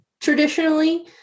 traditionally